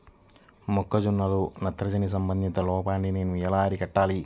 మొక్క జొన్నలో నత్రజని సంబంధిత లోపాన్ని నేను ఎలా అరికట్టాలి?